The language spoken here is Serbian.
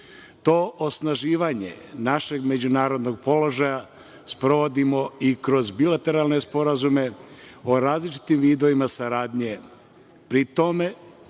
To osnaživanje našeg međunarodnog položaja sprovodimo i kroz bilateralne sporazume o različitim vidovima saradnje,